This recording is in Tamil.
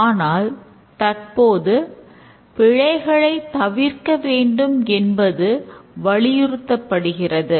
ஆனால் தற்போது பிழைகளை தவிர்க்க வேண்டும் என்பது வலியுறுத்தப்படுகிறது